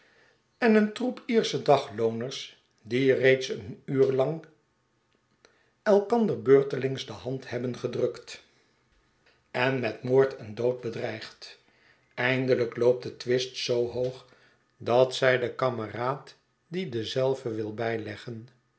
en een troep iersche daglooners die reeds een uur lang elkander beurtelings de hand hebben gedrukt en met moord en dood gedreigd eindeiijk loopt de twist zoo hoog dat zij den kameraad die denzelven wil bijleggen